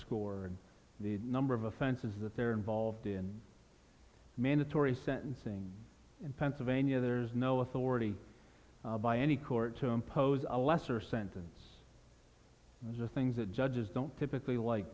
score the number of offenses that they're involved in mandatory sentencing in pennsylvania there's no authority by any court to impose a lesser sentence just things that judges don't typically like